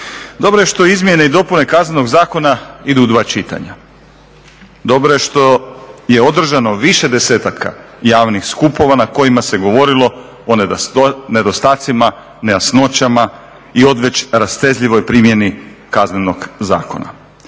Dobro je što izmjene i dopune Kaznenog zakona idu u dva čitanja. Dobro je što je održano više desetaka javnih skupova na kojima se govorilo o nedostatcima, nejasnoćama i odveć rastezljivoj primjeni Kaznenog zakona.